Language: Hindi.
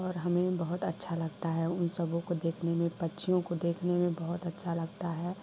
और हमें बहुत अच्छा लगता है उन सबों को देखने में पक्षियों को देखने में बहुत अच्छा लगता है